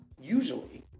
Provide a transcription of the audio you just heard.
usually